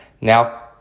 Now